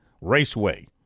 Raceway